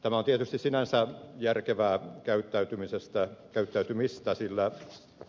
tämä on tietysti sinänsä järkevää käyttäytymistä sillä